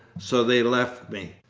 so they left me.